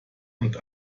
und